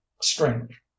strange